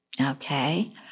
Okay